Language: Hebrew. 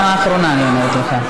פעם אחרונה אני אומרת לך.